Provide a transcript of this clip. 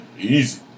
easy